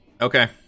Okay